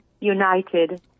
united